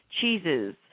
cheeses